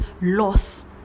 loss